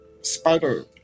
spider